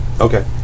Okay